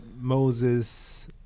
Moses